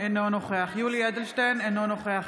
אינו נוכח יולי יואל אדלשטיין, אינו נוכח